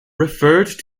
referred